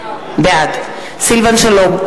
בעד סילבן שלום,